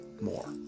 more